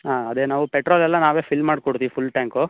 ಹಾಂ ಅದೇ ನಾವು ಪೆಟ್ರೋಲ್ ಎಲ್ಲ ನಾವೇ ಫಿಲ್ ಮಾಡ್ಕೊಡ್ತೀವಿ ಫುಲ್ ಟ್ಯಾಂಕು